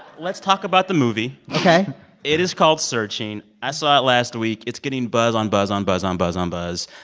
let's talk about the movie ok it is called searching. i saw last week. it's getting buzz on buzz on buzz on buzz on buzz.